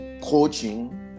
coaching